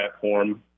platform